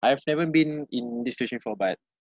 I've never been in this situation before but